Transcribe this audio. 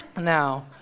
now